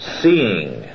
seeing